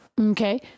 okay